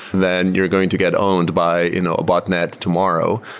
then you're going to get owned by you know a botnet tomorrow.